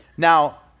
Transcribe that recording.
Now